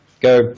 Go